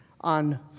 on